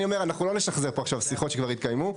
אני אומר שאנחנו לא נשחזר עכשיו שיחות שכבר התקיימו.